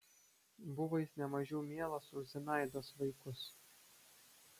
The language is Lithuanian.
buvo jis ne mažiau mielas už zinaidos vaikus